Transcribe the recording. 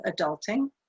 adulting